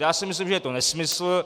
Já si myslím, že je to nesmysl.